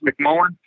McMullen